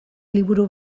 liburu